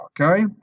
okay